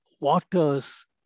waters